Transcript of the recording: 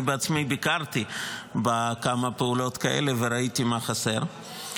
אני בעצמי ביקרתי בכמה פעולות כאלה וראיתי מה חסר.